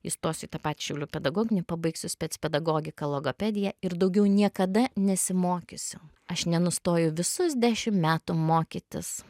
įstosiu į tą patį šiaulių pedagoginį pabaigsiu spec pedagogiką logopediją ir daugiau niekada nesimokysiu aš nenustoju visus dešim metų mokytis